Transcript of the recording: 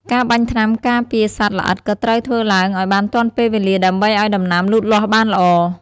ការបាញ់ថ្នាំការពារសត្វល្អិតក៏ត្រូវធ្វើឡើងឱ្យបានទាន់ពេលវេលាដើម្បីឱ្យដំណាំលូតលាស់បានល្អ។